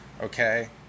okay